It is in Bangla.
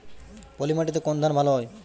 পলিমাটিতে কোন ধান ভালো হয়?